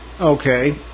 Okay